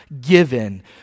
given